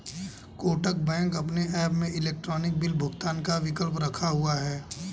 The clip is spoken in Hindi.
कोटक बैंक अपने ऐप में इलेक्ट्रॉनिक बिल भुगतान का विकल्प रखा हुआ है